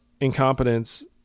incompetence